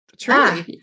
True